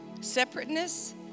separateness